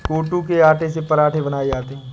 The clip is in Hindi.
कूटू के आटे से पराठे बनाये जाते है